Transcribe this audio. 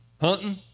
Hunting